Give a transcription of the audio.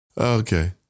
Okay